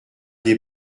des